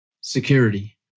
security